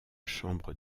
chambre